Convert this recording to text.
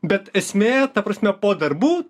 bet esmė ta prasme po darbų